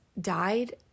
died